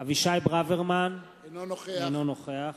אבישי ברוורמן, אינו נוכח